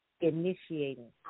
initiating